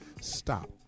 Stop